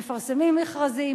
מפרסמים מכרזים,